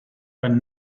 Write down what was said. were